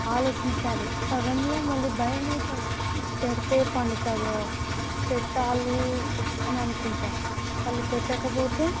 ఆలోచించాలి సగంలో మళ్ళీ భయమవుతుంది పెడితే పండుతుందో పెట్టాలి అని అనుకుంటాను మళ్ళీ పెట్టకపోతే